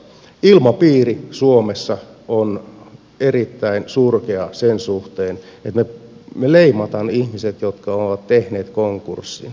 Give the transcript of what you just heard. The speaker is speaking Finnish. ilmapiiri suomessa on erittäin surkea sen suhteen että me leimaamme ihmiset jotka ovat tehneet konkurssin